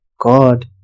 god